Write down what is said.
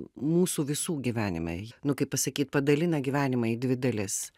mūsų visų gyvenimai nu kaip pasakyt padalina gyvenimą į dvi dalis